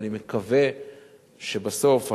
ואני מקווה שבסוף,